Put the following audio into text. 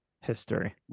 history